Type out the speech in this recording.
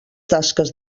tasques